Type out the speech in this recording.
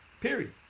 period